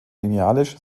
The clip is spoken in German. linealisch